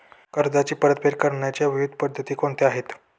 कर्जाची परतफेड करण्याच्या विविध पद्धती कोणत्या आहेत?